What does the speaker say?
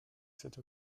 cette